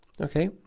Okay